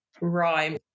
rhyme